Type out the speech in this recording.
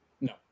no